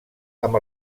amb